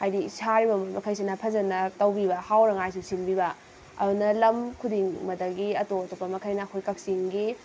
ꯍꯥꯏꯗꯤ ꯁꯥꯔꯤꯕ ꯃꯈꯩꯁꯤꯅ ꯐꯖꯅ ꯇꯧꯕꯤꯕ ꯍꯥꯎꯅꯉꯥꯏꯁꯨ ꯁꯤꯟꯕꯤꯕ ꯑꯗꯨꯅ ꯂꯝ ꯈꯨꯗꯤꯡ ꯑꯗꯒꯤ ꯑꯇꯣꯞ ꯑꯇꯣꯞꯄ ꯃꯈꯩꯅ ꯑꯩꯈꯣꯏ ꯀꯛꯆꯤꯡꯒꯤ